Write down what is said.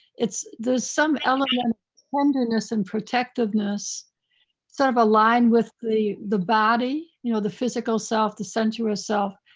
it's, there's some elements formed in us and protectiveness sort of align with the the body, you know, the physical self, the center itself,